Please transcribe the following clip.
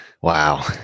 Wow